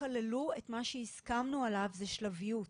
כללו את מה שהסכמנו עליו וזה שלביות,